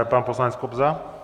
Pan poslanec Kobza.